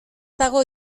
dago